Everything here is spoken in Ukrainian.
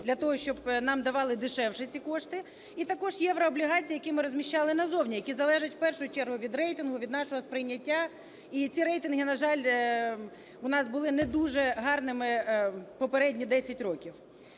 для того, щоб нам давали дешевше ці кошти. І також єврооблігації, які ми розміщали назовні, які залежать в першу чергу від рейтингу, від нашого сприйняття. І ці рейтинги, на жаль, у нас були не дуже гарними попередні 10 років.